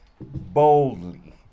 boldly